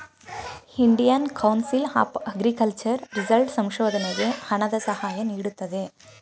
Indian council of agriculture result ಸಂಶೋಧನೆಗೆ ಹಣದ ಸಹಾಯ ನೀಡುತ್ತದೆ